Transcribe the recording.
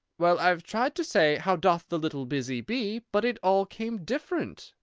well, i've tried to say how doth the little busy bee but it all came different!